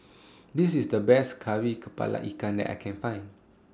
This IS The Best Kari Kepala Ikan that I Can Find